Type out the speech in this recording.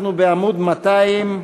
אנחנו בעמוד 200,